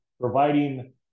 providing